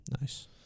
nice